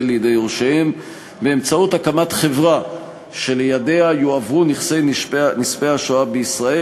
לידי יורשיהם באמצעות הקמת חברה שלידיה יועברו נכסי נספי השואה בישראל,